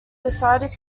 decided